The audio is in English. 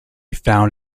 found